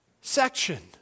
section